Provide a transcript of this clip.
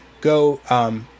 go